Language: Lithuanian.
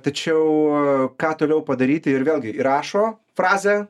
tačiau ką toliau padaryti ir vėlgi įrašo frazę